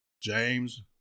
James